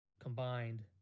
Combined